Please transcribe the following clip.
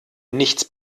nichts